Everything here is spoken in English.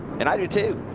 and i do too.